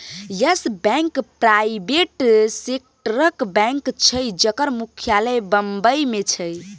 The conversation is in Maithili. यस बैंक प्राइबेट सेक्टरक बैंक छै जकर मुख्यालय बंबई मे छै